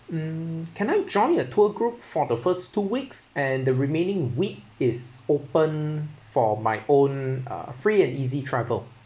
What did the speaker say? mm can I join a tour group for the first two weeks and the remaining week is open for my own uh free and easy travel